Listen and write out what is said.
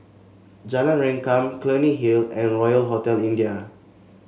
Jalan Rengkam Clunny Hill and Royal Hotel India